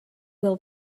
will